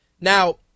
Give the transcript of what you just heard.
Now